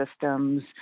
systems